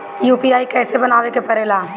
UPI कइसे बनावे के परेला?